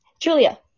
Julia